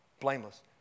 blameless